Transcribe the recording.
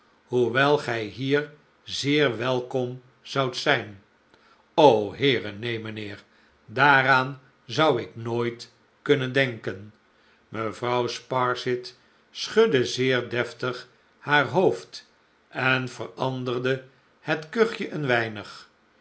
hoewel gij hier zeer welkom zoudt zijn heere neen mijnheer daaraan zou ik nooit kunnen denken mevrouw sparsit schudde zeer deftig haar hoofd en veranderde het kuchje een weinig